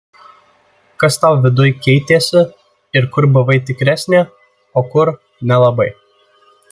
kas tau viduj keitėsi ir kur buvai tikresnė o kur nelabai